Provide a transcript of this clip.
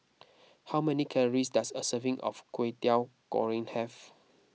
how many calories does a serving of Kwetiau Goreng have